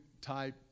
type